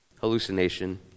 hallucination